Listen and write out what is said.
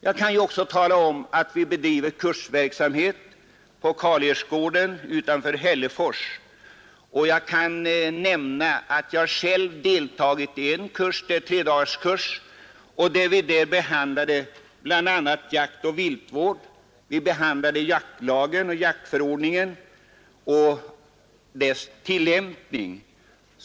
Vi bedriver också kursverksamhet på Karl-Ersgården utanför Hällefors, och jag kan nämna att jag själv deltagit i en tredagarskurs där, varvid vi behandlade bl.a. jaktoch viltvård, jaktlagen samt jaktförordningen och dess tillämpning.